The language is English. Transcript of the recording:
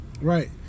Right